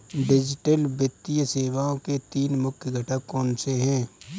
digital वित्तीय सेवाओं के तीन मुख्य घटक कौनसे हैं